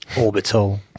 Orbital